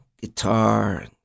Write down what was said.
guitar